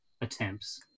attempts